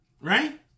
right